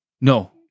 No